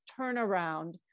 turnaround